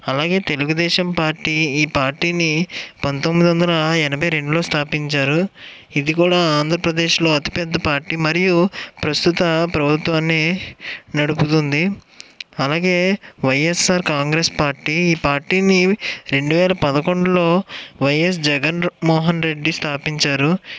అలాగే తెలుగుదేశం పార్టీ ఈ పార్టీని పంతొమ్మిది వందల ఎనిమిది రెండులో స్థాపించారు ఇది కూడా ఆంధ్రప్రదేశ్లో అతిపెద్ద పార్టీ మరియు ప్రస్తుత ప్రభుత్వాన్ని నడుపుతుంది అలాగే వైఎస్ఆర్ కాంగ్రెస్ పార్టీ ఈ పార్టీని రెండు వేల పదకొండులో వైఎస్ జగన్మోహన్ రెడ్డి స్థాపించారు